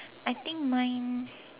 I think mine